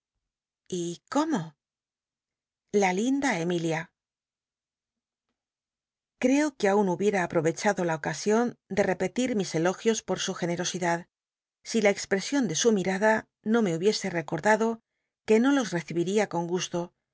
y cómo la linda emilia creo que aun hubiera apl'o echado la oca ion ele repetir mis elogios por su generosidad si la exprcsion de su mirada no me hubiese recordado que no los recihiria con gusto